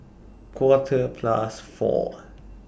Quarter Past four